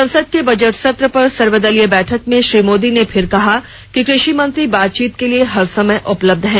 संसद के बजट सत्र पर सर्वदलीय बैठक में श्री मोदी ने फिर कहा कि कृषि मंत्री बातचीत के लिए हर समय उपलब्ध हैं